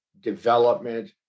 development